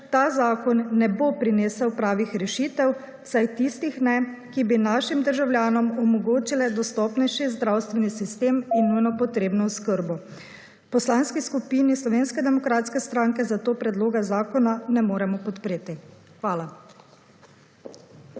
ta zakon ne bo prinesel pravih rešitev, vsaj tistih ne, ki bi našim državljanom omogočile dostopnejši zdravstveni sistem in nujno potrebno oskrbo. V Poslanski skupini Slovenske demokratske stranke zato predloga zakona ne moremo podpreti. Hvala.